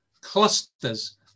clusters